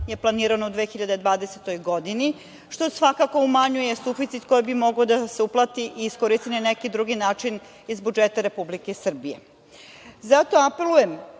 je planirano u 2020. godini, što svakako umanjuje suficit koji bi mogao da se uplati i iskoristi na neki drugi način iz budžeta Republike Srbije. Zato apelujem